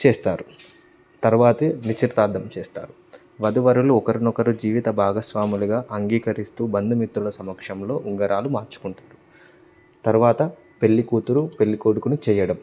చేస్తారు తర్వాతే నిశ్చితార్థం చేస్తారు వధువరులు ఒకరినొకరు జీవిత భాగస్వాములుగా అంగీకరిస్తూ బంధుమితుల సమక్షంలో ఉంగరాలు మార్చుకుంటారు తర్వాత పెళ్ళికూతురు పెళ్ళికొడుకుని చేయడం